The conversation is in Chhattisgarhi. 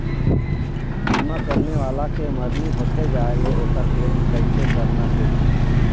बीमा करने वाला के मरनी होथे जाय ले, ओकर क्लेम कैसे करना हे?